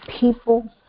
people